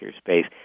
space